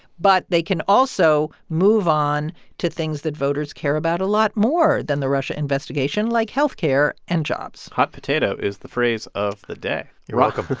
but they can also move on to things that voters care about a lot more than the russia investigation, like health care and jobs hot potato is the phrase of the day you're welcome